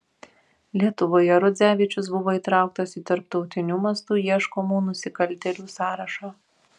lietuvoje rodzevičius buvo įtrauktas į tarptautiniu mastu ieškomų nusikaltėlių sąrašą